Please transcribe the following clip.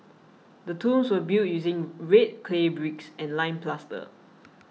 the tombs were built using red clay bricks and lime plaster